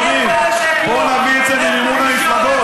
אדוני, בוא נביא את זה למימון מפלגות.